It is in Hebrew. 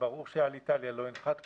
ברור שאליטליה לא ינחת פה.